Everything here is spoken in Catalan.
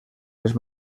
les